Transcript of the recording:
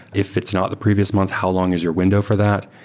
if it's not the previous month, how long is your window for that?